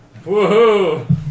Woohoo